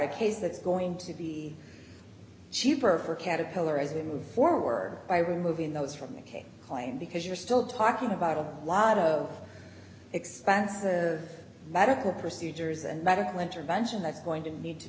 a case that's going to be cheaper for caterpillar as we move forward by removing those from make a claim because you're still talking about a lot of expense the medical procedures and medical intervention that's going to need to